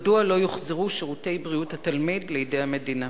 מדוע לא יוחזרו שירותי בריאות התלמיד לידי המדינה?